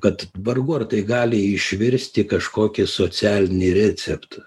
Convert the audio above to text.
kad vargu ar tai gali išvirsti į kažkokį socialinį receptą